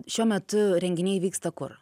šiuo metu renginiai vyksta kur